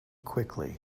quickly